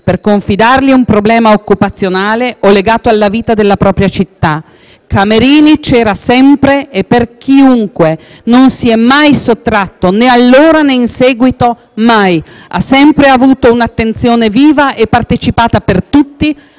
per confidargli un problema occupazionale o legato alla vita della propria città: Camerini c'era sempre e per chiunque. Non si è mai sottratto, né allora, né in seguito: mai. Ha sempre avuto un'attenzione viva e partecipata per tutti,